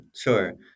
sure